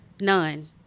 none